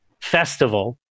festival